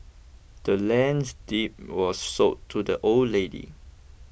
the land's deed was sold to the old lady